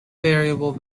variable